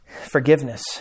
Forgiveness